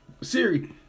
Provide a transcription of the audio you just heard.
Siri